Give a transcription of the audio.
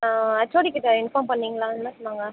HOD கிட்டே inform பண்ணிங்களா என்ன சொன்னாங்க